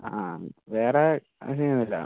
ആ ആ വേറെ സീനൊന്നുമില്ല